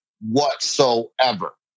whatsoever